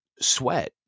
sweat